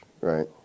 right